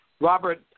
Robert